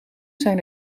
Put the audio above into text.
zijn